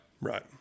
Right